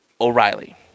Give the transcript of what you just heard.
O'Reilly